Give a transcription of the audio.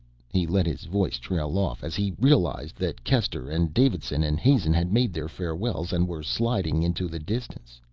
he let his voice trail off as he realized that kester and davidson and hazen had made their farewells and were sliding into the distance.